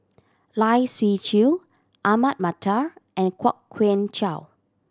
Lai Siu Chiu Ahmad Mattar and Kwok Kian Chow